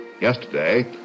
Yesterday